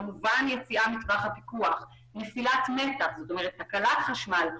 כמובן יציאה מטווח הפיקוח, נפילת מתח, תקלת חשמל.